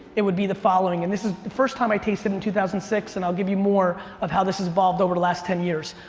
it would be the following, and this is. the first time i tasted in two thousand and six, and i'll give you more of how this has evolved over the last ten years,